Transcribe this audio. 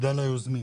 תודה ליוזמים.